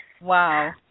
Wow